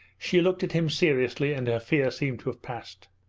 she looked at him seriously and her fear seemed to have passed.